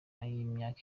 y’imyaka